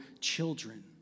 children